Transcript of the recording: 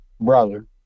brother